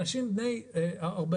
אנשים בני 40